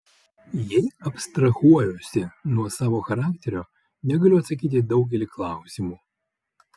jei abstrahuojuosi nuo savo charakterio negaliu atsakyti į daugelį klausimų